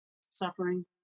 suffering